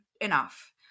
enough